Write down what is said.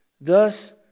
Thus